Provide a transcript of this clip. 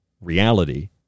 reality